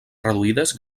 reduïdes